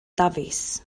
dafis